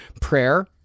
Prayer